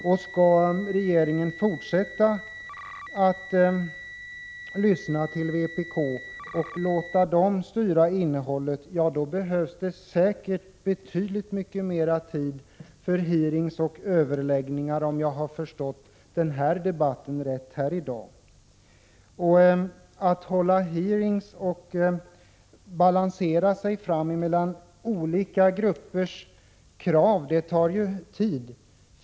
Om regeringen skall fortsätta att lyssna till vpk och fortsätta att låta vpk styra innehållet, ja, då behövs det säkert betydligt mycket mera tid för hearingar och överläggningar —- om jag nu har förstått debatten här i dag rätt är inte socialdemokraterna och vpk överens. Att hålla hearingar och att gå balansgång mellan olika gruppers krav tar ju tid.